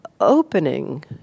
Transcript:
opening